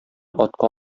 атка